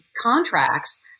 contracts